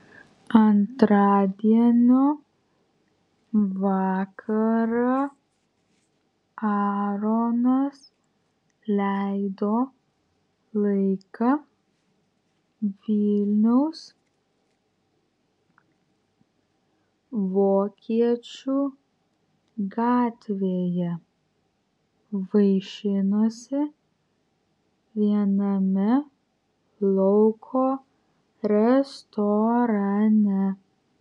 antradienio vakarą aaronas leido laiką vilniaus vokiečių gatvėje vaišinosi viename lauko restorane